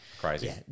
crazy